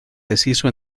deshizo